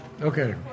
Okay